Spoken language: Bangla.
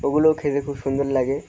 ওগুলোও খেতে খুব সুন্দর লাগে